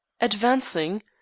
Advancing